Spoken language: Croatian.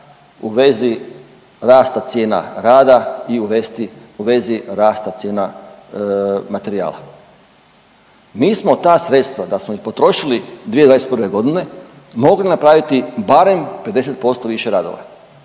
u vezi rasta cijena rada i u vezi rasta cijena materijala. Mi smo ta sredstva da smo ih potrošili 2021. godine mogli napraviti barem 50% više radova.